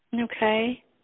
Okay